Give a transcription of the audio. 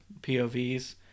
POVs